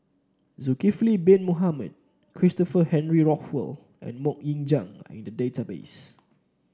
Zulkifli Bin Mohamed Christopher Henry Rothwell and MoK Ying Jang are in the database